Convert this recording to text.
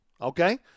okay